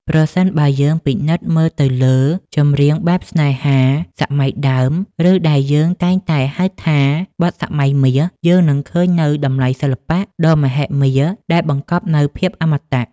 ប្រសិនបើយើងពិនិត្យមើលទៅលើ ចម្រៀងបែបស្នេហា សម័យដើម ឬដែលយើងតែងតែហៅថា បទសម័យមាស យើងនឹងឃើញនូវតម្លៃសិល្បៈដ៏មហិមាដែលបង្កប់នូវភាពអមតៈ។